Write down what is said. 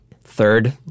Third